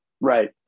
Right